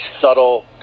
subtle